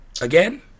again